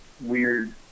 weird